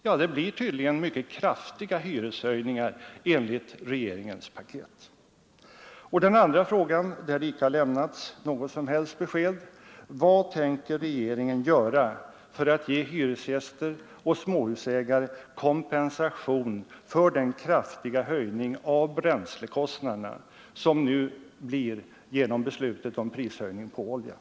Ja, det blir tydligen mycket kraftiga prishöjningar enligt regeringens paket. Min andra fråga, på vilken det inte lämnats något som helst svar, är: Vad tänker regeringen göra för att ge hyresgäster och småhusägare kompensation för den kraftiga höjning av bränslekostnaderna som nu blir följden av beslutet om prishöjning på oljan?